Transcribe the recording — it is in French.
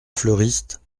fleuriste